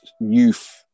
youth